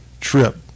trip